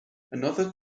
another